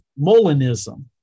molinism